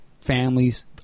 families